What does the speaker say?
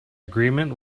agreement